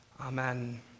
amen